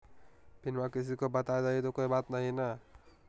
पिनमा किसी को बता देई तो कोइ बात नहि ना?